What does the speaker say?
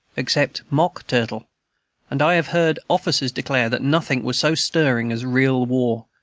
except mock-turtle and i have heard officers declare that nothing was so stirring as real war,